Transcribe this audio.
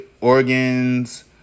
organs